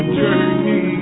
journey